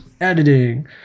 editing